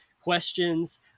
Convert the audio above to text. questions